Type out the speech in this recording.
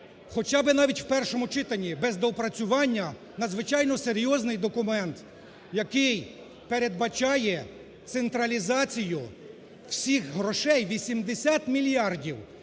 хоча би навіть в першому читанні без доопрацювання надзвичайно серйозний документ, який передбачає централізацію всіх грошей – 80 мільярдів.